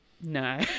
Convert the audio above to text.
no